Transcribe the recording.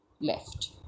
left